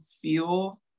feel